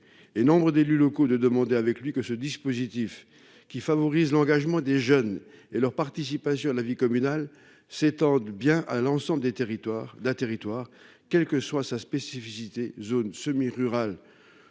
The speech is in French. et nombre d'élus locaux de demander avec lui que ce dispositif qui favorise l'engagement des jeunes et leur participation à la vie communale s'étendent bien à l'ensemble des territoires d'un territoire. Quelle que soit sa spécificité zone semi-rurale